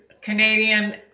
Canadian